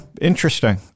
interesting